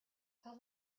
how